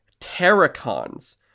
Terracons